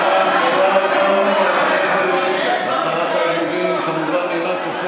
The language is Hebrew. חברת הכנסת עאידה סלימאן, תודה.